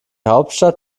hauptstadt